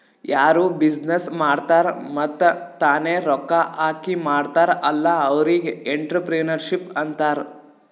ಯಾರು ಬಿಸಿನ್ನೆಸ್ ಮಾಡ್ತಾರ್ ಮತ್ತ ತಾನೇ ರೊಕ್ಕಾ ಹಾಕಿ ಮಾಡ್ತಾರ್ ಅಲ್ಲಾ ಅವ್ರಿಗ್ ಎಂಟ್ರರ್ಪ್ರಿನರ್ಶಿಪ್ ಅಂತಾರ್